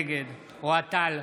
נגד אוהד טל,